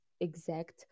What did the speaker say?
exact